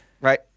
Right